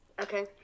okay